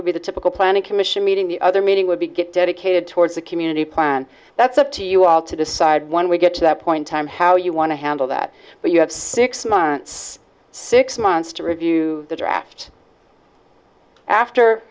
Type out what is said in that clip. would be the typical planning commission meeting the other meeting would be get dedicated towards a community plan that's up to you all to decide when we get to that point time how you want to handle that but you have six months six months to review the draft after